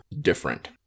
different